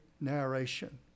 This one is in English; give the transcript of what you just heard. narration